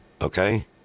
okay